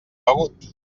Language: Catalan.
begut